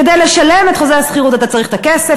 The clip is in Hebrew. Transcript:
כדי לשלם את חוזה השכירות אתה צריך את הכסף.